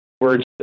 words